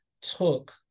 took